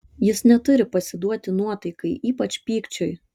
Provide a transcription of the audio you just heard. jis neturi pasiduoti nuotaikai ypač pykčiui